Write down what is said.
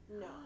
No